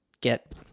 get